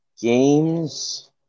games